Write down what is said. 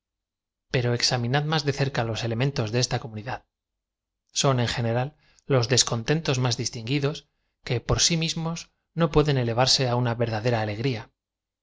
ero examinad más de cerca los elementos de esta comunidad son en general los descontentos más dis tinguidos que por si mismos no pueden elevarse á una verdadera alegría